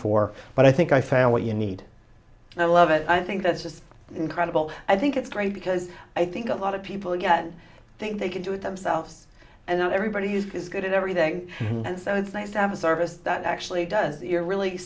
for but i think i found what you need and i love it i think that's just incredible i think it's great because i think a lot of people again think they can do it themselves and not everybody is he's good at everything and so it's nice to have a service that actually does if you're really